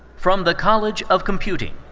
from the college of computing,